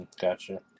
Gotcha